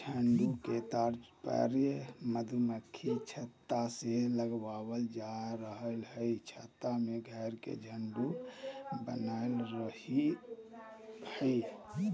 झुंड से तात्पर्य मधुमक्खी छत्ता से लगावल जा रहल हई छत्ता में घर के झुंड बनल रहई हई